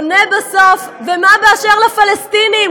עונה בסוף: ומה באשר לפלסטינים?